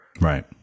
right